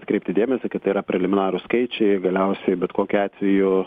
atkreipti dėmesį kad tai yra preliminarūs skaičiai galiausiai bet kokiu atveju